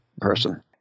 person